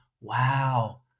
wow